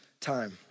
time